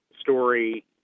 story